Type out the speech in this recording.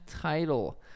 title